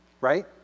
Right